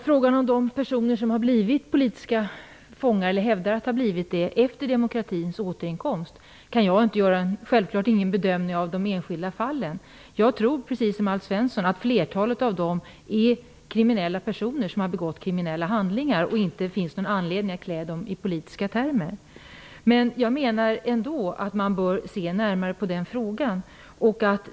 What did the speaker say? Fru talman! Jag kan självfallet inte göra någon bedömning av de enskilda fallen när det gäller personer som hävdar att de har blivit politiska fångar efter demokratins återkomst. Jag tror precis som Alf Svensson att flertalet av dem är kriminella personer som har begått kriminella handlingar som det inte finns någon anledning att klä i politiska termer. Jag menar ändock att man bör se närmare på den frågan.